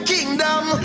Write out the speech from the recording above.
Kingdom